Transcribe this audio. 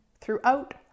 throughout